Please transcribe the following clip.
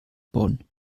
bonn